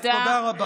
תודה רבה.